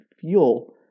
fuel